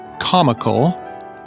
comical